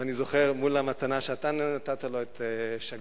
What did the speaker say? ואני זוכר, מול המתנה שאתה נתת לו, שאגאל,